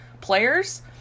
players